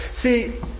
See